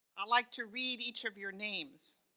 i like to read each of your names.